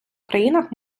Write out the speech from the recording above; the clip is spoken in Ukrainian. країнах